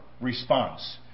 response